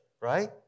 right